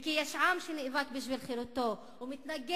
וכי יש עם שנאבק בשביל חירותו ומתנגד